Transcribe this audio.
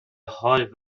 حال